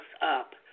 up